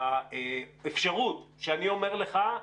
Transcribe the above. והאפשרות שאני אומר לך,